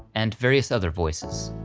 and various other voices.